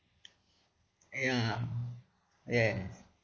ya ya